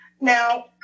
Now